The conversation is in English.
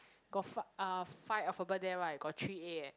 got fi~ uh five alphabet there right got three A eh